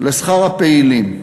לשכר הפעילים.